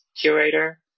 curator